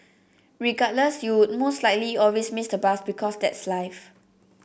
regardless you'd most likely always miss the bus because that's life